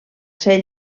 ser